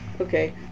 Okay